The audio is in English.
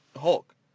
Hulk